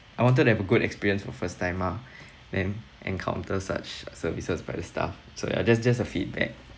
I wanted to have a good experience for the first time ah then encountered such services by the staff so ya just just a feedback